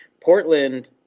Portland –